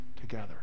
together